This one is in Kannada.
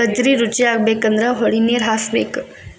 ಗಜ್ರಿ ರುಚಿಯಾಗಬೇಕಂದ್ರ ಹೊಳಿನೇರ ಹಾಸಬೇಕ